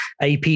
AP